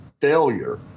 failure